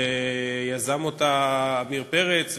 שיזם עמיר פרץ,